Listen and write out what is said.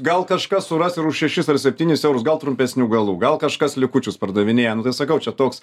gal kažkas suras ir už šešis ar septynis eurus gal trumpesnių galų gal kažkas likučius pardavinėja nu tai sakau čia toks